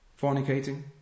fornicating